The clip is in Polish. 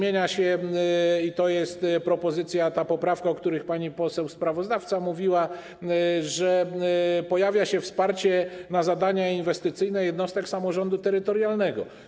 I jest propozycja, poprawka, o której pani poseł sprawozdawca mówiła - pojawia się wsparcie na zadania inwestycyjne jednostek samorządu terytorialnego.